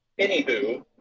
Anywho